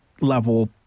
level